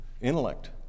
intellect